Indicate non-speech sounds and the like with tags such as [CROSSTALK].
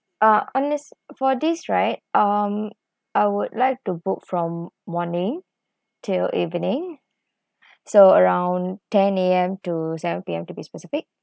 uh on this for this right um I would like to book from morning till evening [BREATH] so around ten A_M to seven P_M to be specific